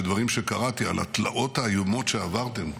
בדברים שקראתי על התלאות האיומות שעברתם,